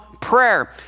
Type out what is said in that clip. prayer